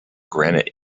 granite